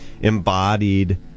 embodied